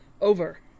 Over